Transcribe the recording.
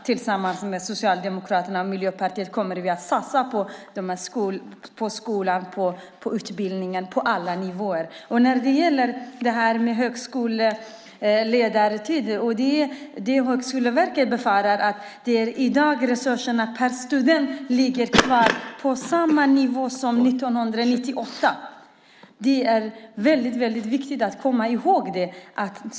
Tillsammans med Socialdemokraterna och Miljöpartiet kommer vi att satsa på skolan och utbildningen på alla nivåer. När det gäller lärartiden i högskolan konstaterar Högskoleverket att resurserna per student ligger kvar på samma nivå som 1998. Det är väldigt viktigt att komma ihåg det.